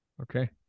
Okay